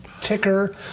Ticker